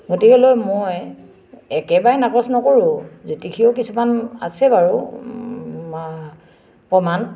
গতিকেলৈ মই একেবাৰে নাকচ নকৰোঁ জ্যোতিষীয়েও কিছুমান আছে বাৰু প্ৰমাণ